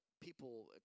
People